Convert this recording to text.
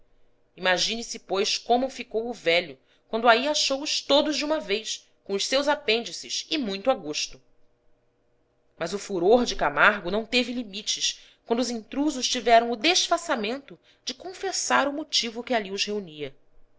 tempo imagine-se pois como ficou o velho quando aí achou-os todos de uma vez com os seus apêndices e muito a gosto mas o furor de camargo não teve limites quando os intrusos tiveram o desfaçamento de confessar o motivo que ali os reunia